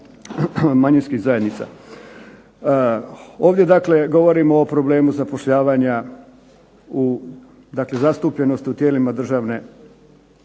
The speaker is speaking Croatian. manjinskih zajednica. Ovdje dakle govorimo o problemu zapošljavanja u dakle zastupljenosti u tijelima državne